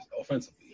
offensively